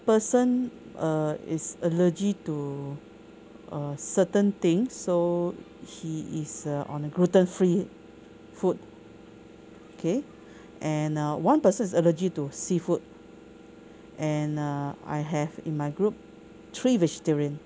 person uh is allergy to err certain thing so he is uh on a gluten free food okay and uh one person is allergy to seafood and uh I have in my group three vegetarian